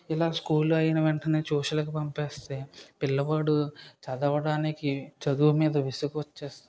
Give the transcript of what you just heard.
ఇలా స్కూల్ అయిన వెంటనే ట్యూషన్లకి పంపిస్తే పిల్లవాడు చదవడానికి చదువు మీద విసుగు వచ్చేస్తుంది